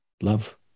Love